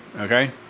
okay